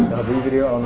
habu video,